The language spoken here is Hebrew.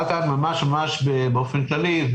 עד כאן ממש באופן כללי.